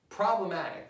problematic